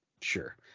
Sure